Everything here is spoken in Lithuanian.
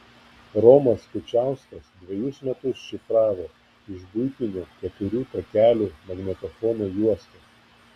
romas kučiauskas dvejus metus šifravo iš buitinio keturių takelių magnetofono juostos